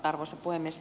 arvoisa puhemies